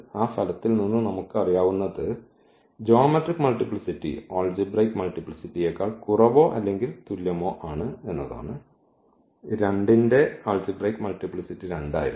ആ ഫലത്തിൽ നിന്ന് നമുക്ക് അറിയാവുന്നത് ജ്യോമെട്രിക് മൾട്ടിപ്ലിസിറ്റി ആൾജിബ്രയ്ക് മൾട്ടിപ്ലിസിറ്റിയേക്കാൾ കുറവോ അല്ലെങ്കിൽ തുല്യമോ ആണ് ഈ 2 ന്റെ ആൾജിബ്രയ്ക് മൾട്ടിപ്ലിസിറ്റി 2 ആയിരുന്നു